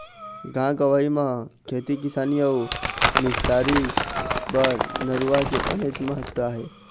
गाँव गंवई म खेती किसानी अउ निस्तारी बर नरूवा के बनेच महत्ता हे